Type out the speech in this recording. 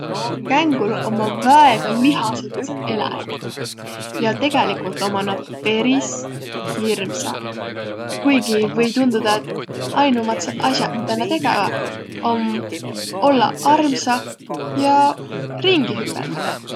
Känguruq ommaq väega lihasõlidsõq eläjäq ja tegeligult ommaq nä peris hirmsaq. Kuigi või tundudaq, et ainumadsõq as'aq, midä nä tegeväq, om ollaq armsa ja ringi hüpeldäq.